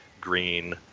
green